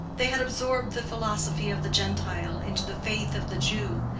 they had absorbed the philosophy of the gentile into the faith of the jew,